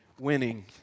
winning